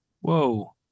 Whoa